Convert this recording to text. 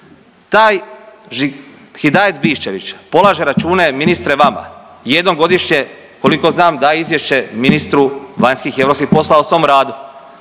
Taj Hidajet Biščević polaže račune ministre vama. Jednom godišnje koliko znam daje izvješće ministru vanjskih i europski poslova o svom radu.